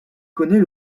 connait